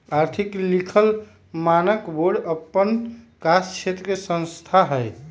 आर्थिक लिखल मानक बोर्ड अप्पन कास क्षेत्र के संस्था हइ